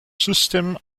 system